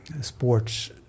sports